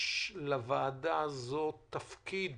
לוועדה הזאת יש תפקיד